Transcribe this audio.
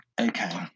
Okay